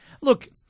Look